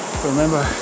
Remember